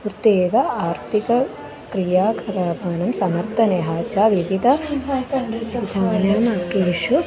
कृत्वैव आर्थिकक्रियाकलापानां समर्थनेह च विविध धार्मिकेषु